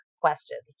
questions